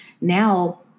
now